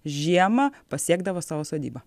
žiemą pasiekdavo savo sodybą